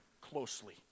closely